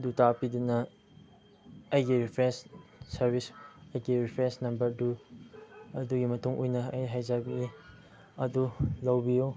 ꯑꯗꯨ ꯇꯥꯕꯤꯗꯨꯅ ꯑꯩꯒꯤ ꯔꯤꯐ꯭ꯔꯦꯟꯁ ꯁꯥꯔꯕꯤꯁ ꯑꯩꯒꯤ ꯔꯤꯐ꯭ꯔꯦꯟꯁ ꯅꯝꯕꯔꯗꯨ ꯑꯗꯨꯒꯤ ꯃꯇꯨꯡ ꯏꯟꯅ ꯑꯩ ꯍꯥꯏꯖꯕꯅꯤ ꯑꯗꯨ ꯂꯧꯕꯤꯌꯣ